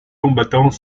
combattants